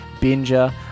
Binger